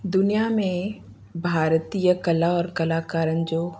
दुनिया में भारतीअ कला और कलाकारनि जो